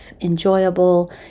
enjoyable